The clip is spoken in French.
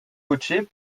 coachée